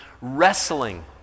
wrestling